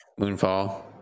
Moonfall